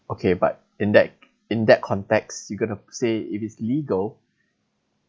okay but in that in that context you are going to say if it is legal